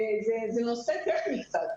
זה נושא טכני קצת,